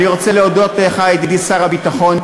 אני רוצה להודות לך, ידידי שר הביטחון,